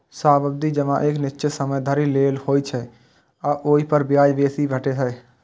सावधि जमा एक निश्चित समय धरि लेल होइ छै आ ओइ पर ब्याज बेसी भेटै छै